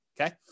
okay